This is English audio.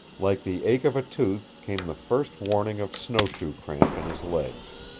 like the ache of a tooth came the first warning of snowshoe cramp in his legs.